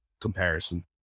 comparison